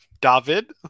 David